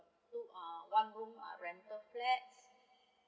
two uh one room uh rental flats